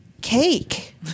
cake